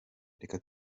reka